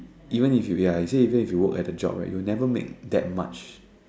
even if you ya he say even if you work at the job right you will never make that much